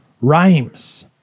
Rhymes